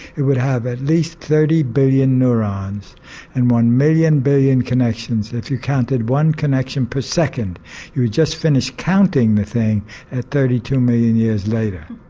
it would have at least thirty billion neurons and one million, billion connections and if you counted one connection per second you would just finish counting the thing at thirty two million years later.